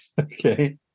Okay